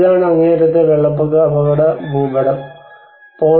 ഇതാണ് അങ്ങേയറ്റത്തെ വെള്ളപ്പൊക്ക അപകട ഭൂപടം 0